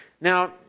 Now